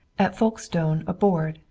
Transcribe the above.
at folkestone a board,